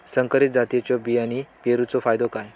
संकरित जातींच्यो बियाणी पेरूचो फायदो काय?